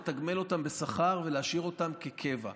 לתגמל אותם בשכר ולהשאיר אותם בקבע,